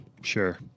Sure